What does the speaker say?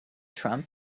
trump